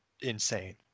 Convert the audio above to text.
insane